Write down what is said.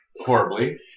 Horribly